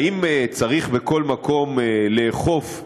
האם צריך בכל מקום לאכוף,